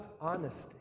honesty